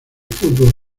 fútbol